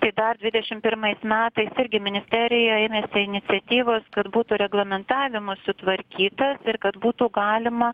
tai dar dvidešim pirmais metais irgi ministerija ėmėsi iniciatyvos kad būtų reglamentavimas sutvarkytas ir kad būtų galima